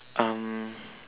um